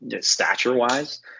stature-wise